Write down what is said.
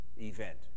event